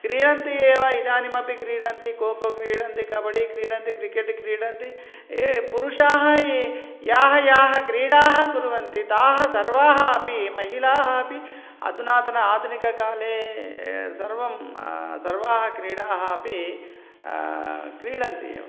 क्रीडन्ति एव इदानीमपि क्रीडन्ति कोको क्रीडन्ति कबडि क्रीडन्ति क्रिकेट् क्रीडन्ति ये पुरुषाः ये याः याः क्रीडाः कुर्वन्ति ताः सर्वाः अपि महिलाः अपि अधुनातने आधुनिकाले सर्वं सर्वाः क्रीडाः अपि क्रीडन्ति एव